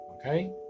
okay